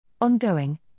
Ongoing